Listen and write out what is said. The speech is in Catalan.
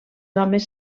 homes